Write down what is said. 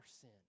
sin